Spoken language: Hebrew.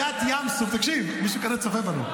תקשיב, מישהו צופה בנו.